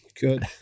Good